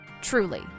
Truly